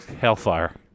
hellfire